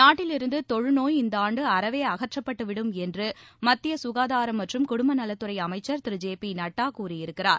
நாட்டிலிருந்து தொழுநோய் இந்தாண்டு அறவே அகற்றப்பட்டுவிடும் என்று மத்திய சுகாதாரம் மற்றம் குடும்பநலத்துறை அமைச்சள் திரு ஜே பி நட்டா கூறியிருக்கிறார்